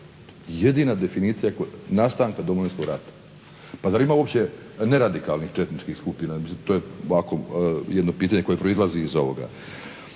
Jedina definicija nastanka Domovinskog rata. Pa zar ima uopće neradikalnih četničkih skupina? To je ovako jedno pitanje koje proizlazi iz ovoga.